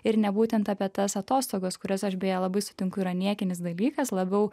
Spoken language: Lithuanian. ir ne būtent apie tas atostogas kurias aš beje labai sutinku yra niekinis dalykas labiau